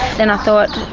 then i thought